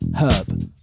Herb